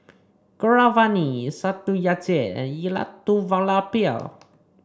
Keeravani Satyajit and Elattuvalapil